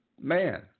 man